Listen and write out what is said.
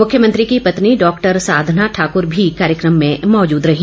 मुख्यमंत्री की पत्नी डाक्टर साधना ठाक्र भी कार्यक्रम में मौजूद रही